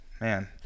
man